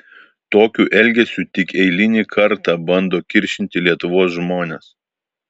tokiu elgesiu tik eilinį kartą bando kiršinti lietuvos žmones